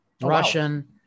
Russian